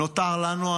נותר לנו,